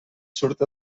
surt